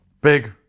big